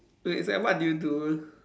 wait it's like what do you do